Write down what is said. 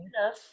enough